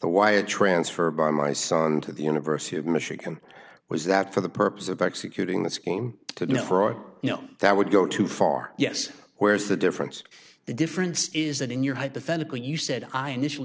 the wire transfer by my son to the university of michigan was that for the purpose of executing the scheme to defraud you know that would go too far yes where's the difference the difference is that in your hypothetical you said i initially